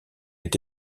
ait